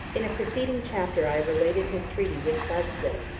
in a preceding chapter i have related his treaty with bajazet,